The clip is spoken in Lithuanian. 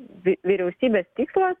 vi vyriausybės tikslas